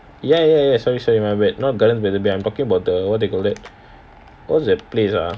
ya ya sorry sorry my bad not gardens by the bay I'm talking about the what do you call that what's that place ah